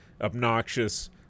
obnoxious